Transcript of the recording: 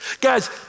Guys